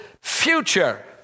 future